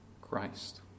Christ